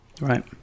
Right